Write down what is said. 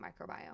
microbiome